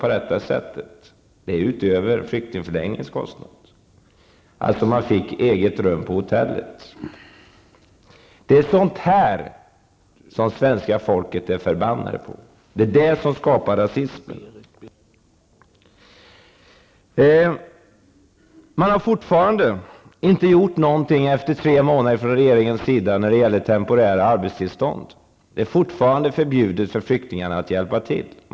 på detta sätt, och det är utöver flyktingförläggningens kostnad. Man fick alltså eget rum på hotellet. Det är sådant som det svenska folket är förbannat på. Det är det som skapar rasismen. Regeringen har efter tre månader inte gjort någonting när det gäller temporära arbetstillstånd. Det är fortfarande förbjudet för flyktingar att hjälpa till.